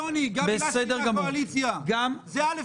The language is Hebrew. זה לא עניין אופוזיציוני.